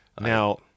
now